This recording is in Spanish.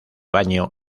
baño